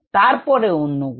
তারপরে অন্য গুলি